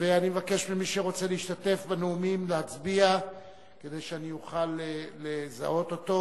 אני מבקש ממי שרוצה להשתתף בנאומים להצביע כדי שאוכל לזהות אותו.